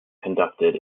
conducted